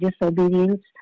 disobedience